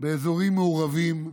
באזורים מעורבים,